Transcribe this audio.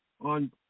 on